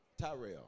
Tyrell